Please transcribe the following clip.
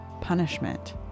punishment